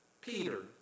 Peter